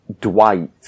Dwight